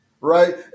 Right